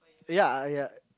ya ya